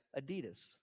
Adidas